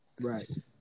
right